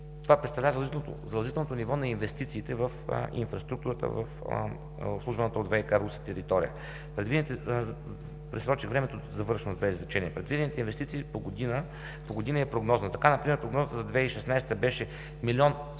Това представлява задължителното ниво на инвестициите в инфраструктурата на обслужваната от ВиК – Русе, територия. Пресрочих времето, завършвам с две изречения. Предвидените инвестиции по години са прогнозни. Така например прогнозата за 2016 г. беше 1